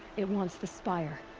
it wants the spire.